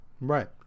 Right